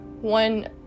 one